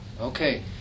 Okay